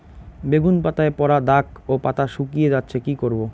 বেগুন পাতায় পড়া দাগ ও পাতা শুকিয়ে যাচ্ছে কি করব?